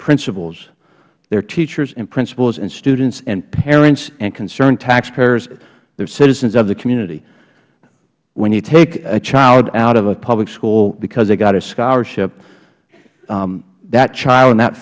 principals they are teachers and principals and students and parents and concerned taxpayers they are citizens of the community when you take a child out of a public school because they got a scholarship that child and that